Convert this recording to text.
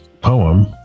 poem